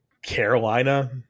Carolina